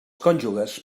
cònjuges